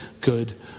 good